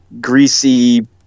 greasy